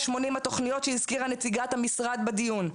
התוכניות שהזכירה נציגת המשרד בדיון.